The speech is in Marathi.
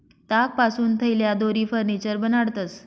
तागपासून थैल्या, दोरी, फर्निचर बनाडतंस